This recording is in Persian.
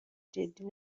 جدی